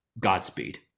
Godspeed